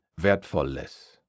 Wertvolles